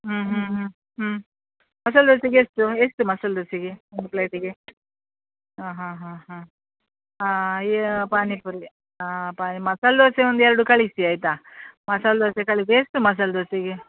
ಹ್ಞೂ ಹ್ಞೂ ಹ್ಞೂ ಹ್ಞೂ ಮಸಾಲೆ ದೋಸೆಗೆ ಎಷ್ಟು ಎಷ್ಟು ಮಸಾಲೆ ದೋಸೆಗೆ ಒಂದು ಪ್ಲೇಟಿಗೆ ಹಾಂ ಹಾಂ ಹಾಂ ಹಾಂ ಈ ಪಾನಿಪುರಿಗೆ ಹಾಂ ಪಾ ಮಸಾಲೆ ದೋಸೆ ಒಂದು ಎರಡು ಕಳಿಸಿ ಆಯಿತಾ ಮಸಾಲೆ ದೋಸೆ ಕಳಿಸಿ ಎಷ್ಟು ಮಸಾಲೆ ದೋಸೆಗೆ